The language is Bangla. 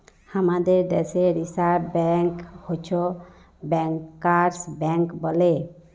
হামাদের দ্যাশে রিসার্ভ ব্ব্যাঙ্ক হচ্ছ ব্যাংকার্স ব্যাঙ্ক বলে